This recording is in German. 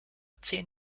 zehn